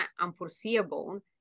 unforeseeable